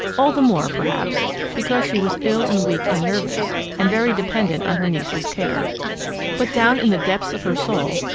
all the more perhaps because she was ill and weak and nervous and very dependent on her niece's care but down in the depths of her soul,